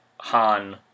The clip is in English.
Han